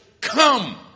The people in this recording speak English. come